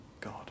God